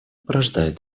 порождает